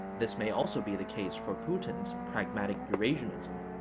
this may also be the case for putin's pragmatic eurasianism,